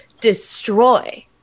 destroy